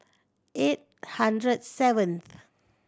eight hundred seventh